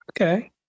Okay